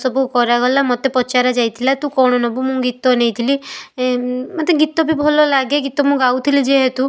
ସବୁ କରାଗଲା ମୋତେ ପଚରାଯାଇଥିଲା ତୁ କ'ଣ ନେବୁ ମୁଁ ଗୀତ ନେଇଥିଲି ମୋତେ ଗୀତ ବି ଭଲଲାଗେ ଗୀତ ମୁଁ ଗାଉଥିଲି ଯେହେତୁ